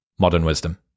modernwisdom